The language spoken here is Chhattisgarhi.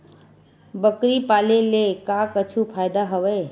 बकरी पाले ले का कुछु फ़ायदा हवय?